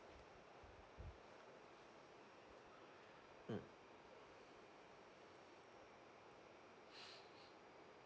mm